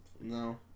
No